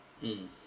mm